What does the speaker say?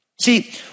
See